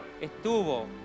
Estuvo